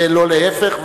ולא להיפך,